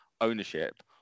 ownership